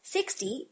Sixty